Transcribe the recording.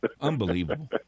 Unbelievable